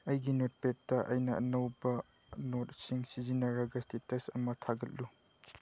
ꯑꯩꯒꯤ ꯅꯣꯠꯄꯦꯠꯇ ꯑꯩꯅ ꯑꯅꯧꯕ ꯅꯣꯠꯁꯤꯡ ꯁꯤꯖꯤꯟꯅꯔꯒ ꯏꯁꯇꯦꯇꯁ ꯑꯃ ꯊꯥꯒꯠꯂꯨ